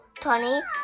Tony